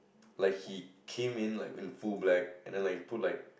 like he came in like in full black and then like it put like